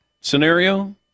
scenario